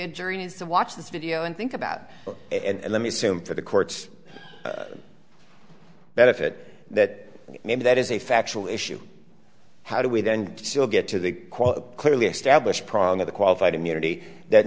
a jury needs to watch this video and think about and let me assume for the court's benefit that maybe that is a factual issue how do we then still get to the clearly established prong of the qualified immunity that